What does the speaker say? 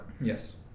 Yes